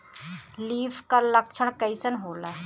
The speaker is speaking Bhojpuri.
लीफ कल लक्षण कइसन होला?